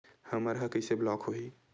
हमर ह कइसे ब्लॉक होही?